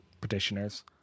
petitioners